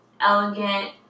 elegant